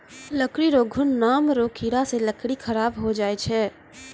लकड़ी रो घुन नाम रो कीड़ा से लकड़ी खराब होय जाय छै